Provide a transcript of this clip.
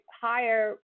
higher